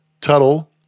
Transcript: Tuttle